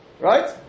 Right